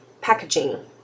packaging